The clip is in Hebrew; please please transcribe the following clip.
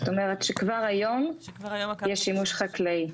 זאת אומרת שכבר היום יש שימוש חקלאי.